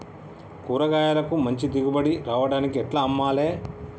కూరగాయలకు మంచి దిగుబడి రావడానికి ఎట్ల అమ్మాలే?